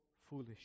foolish